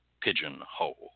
pigeonhole